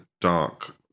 dark